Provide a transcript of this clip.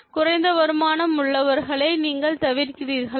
குறைந்த வருமானம் உள்ளவர்களை நீங்கள் தவிர்க்கிறீர்களா